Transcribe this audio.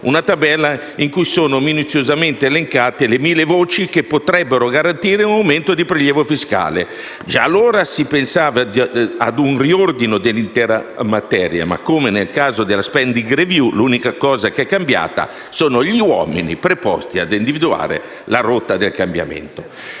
una tabella in cui sono minuziosamente elencate le 1.000 voci che potrebbero garantire un aumento di prelievo fiscale. Già allora si pensava a un riordino dell'intera materia, ma, come nel caso della *spending review*, l'unica cosa che è cambiata sono gli uomini preposti a individuare la rotta del cambiamento.